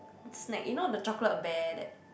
snack you know the chocolate bear that